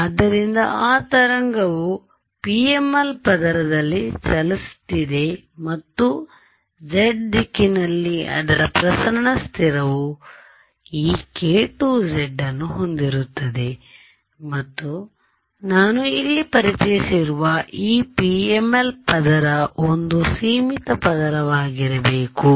ಆದ್ದರಿಂದ ಆ ತರಂಗವು ಈಗ PML ಪದರದಲ್ಲಿ ಚಲಿಸುತ್ತಿದೆತ್ತಿದೆ ಮತ್ತು z ದಿಕ್ಕಿನಲ್ಲಿ ಅದರ ಪ್ರಸರಣ ಸ್ಥಿರವುಈ k2z ಅನ್ನು ಹೊಂದಿರುತ್ತದೆ ಮತ್ತು ನಾನು ಇಲ್ಲಿ ಪರಿಚಯಿಸಿರುವ ಈ PML ಪದರ ಒಂದು ಸೀಮಿತ ಪದರವಾಗಿರಬೇಕು